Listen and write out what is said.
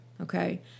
okay